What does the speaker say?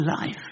life